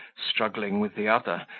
struggling with the other,